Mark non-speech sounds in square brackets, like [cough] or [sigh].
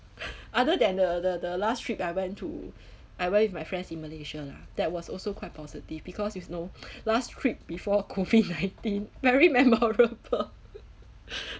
other than the the the last trip I went to [breath] I went with my friends in malaysia lah that was also quite positive because you know [breath] last trip before COVID nineteen very memorable [laughs]